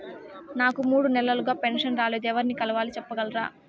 నాకు మూడు నెలలుగా పెన్షన్ రాలేదు ఎవర్ని కలవాలి సెప్పగలరా?